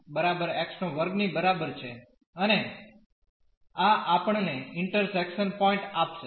તેથી y બરાબર x બરાબર x2 ની બરાબર છે અને આ આપણને ઇન્ટરસેક્શન પોઈન્ટ આપશે